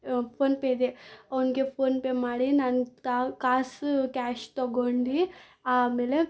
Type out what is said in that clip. PhonePe ಇದೆ ಅವನಿಗೆ PhonePe ಮಾಡಿ ನಾನು ತ ಕಾಸು ಕ್ಯಾಶ್ ತಗೊಂಡು ಆಮೇಲೆ